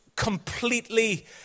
Completely